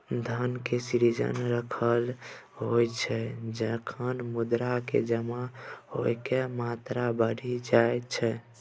धन के सृजन तखण होइ छै, जखन मुद्रा के जमा होइके मात्रा बढ़ि जाई छै